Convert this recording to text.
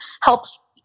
helps